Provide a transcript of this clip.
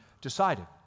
decided